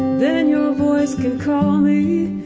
then your voice can call me